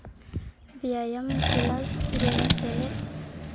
ᱵᱮᱭᱟᱢ ᱠᱞᱟᱥ ᱨᱮ ᱥᱮᱞᱮᱫ